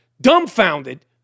dumbfounded